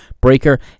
Breaker